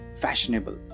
fashionable